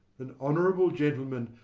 an honourable gentleman,